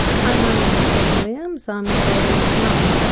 hi, my name is jenny williams, i'm gail's mum.